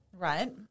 right